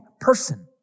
person